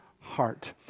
heart